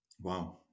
Wow